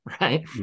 right